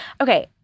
Okay